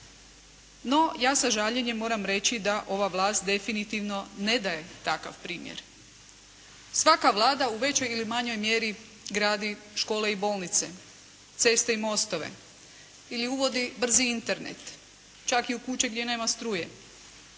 No ja sa žaljenjem moram reći da ova vlast definitivno ne daje takav primjer. Svaka vlada u većoj ili manjoj mjeri gradi škole i bolnice, ceste i mostove ili uvodi brzi Internet čak i u kuće gdje nema struje.